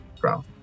ground